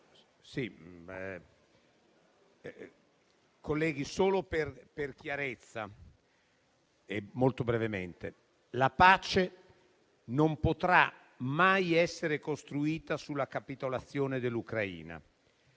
colleghi, intervengo per chiarezza e molto brevemente. La pace non potrà mai essere costruita sulla capitolazione dell'Ucraina,